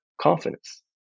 confidence